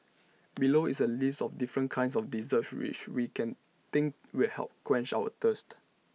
below is A list of different kinds of desserts which we think will help quench our thirst